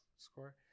Score